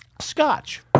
Scotch